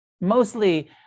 mostly